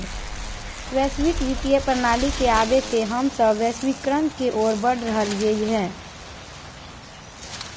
वैश्विक वित्तीय प्रणाली के आवे से हम सब वैश्वीकरण के ओर बढ़ रहलियै हें